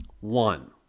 One